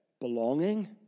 Belonging